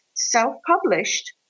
self-published